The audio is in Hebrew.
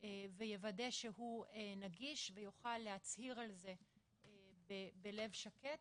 ויוודא שהוא נגיש ויוכל להצהיר על זה בלב שקט.